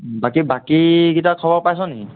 বাকী বাকীকেইটাৰ খবৰ পাইছ নেকি